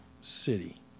city